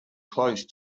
close